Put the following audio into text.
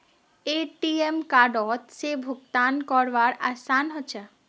ATM कार्डओत से भुगतान करवार आसान ह छेक